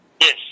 Yes